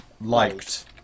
liked